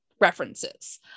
references